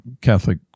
Catholic